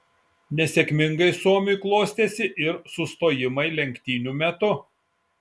nesėkmingai suomiui klostėsi ir sustojimai lenktynių metu